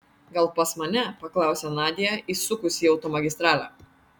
gal pas mane paklausė nadia įsukusi į automagistralę